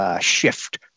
shift